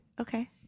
okay